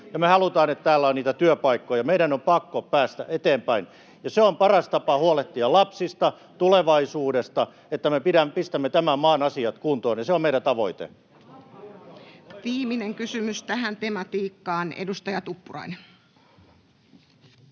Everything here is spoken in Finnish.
me halutaan, että täällä on niitä työpaikkoja. Meidän on pakko päästä eteenpäin. Se on paras tapa huolehtia lapsista, tulevaisuudesta, että me pistämme tämän maan asiat kuntoon, ja se on meidän tavoitteemme. [Vasemmalta: Ja halpaa kaljaa!] [Speech